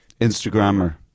Instagrammer